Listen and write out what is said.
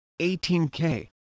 18K